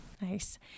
nice